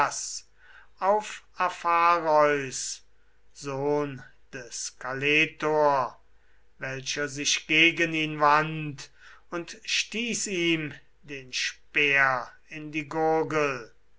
auf aphareus sohn des kaletor welcher sich gegen ihn wandt und stieß ihm den speer in die gurgel